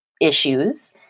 issues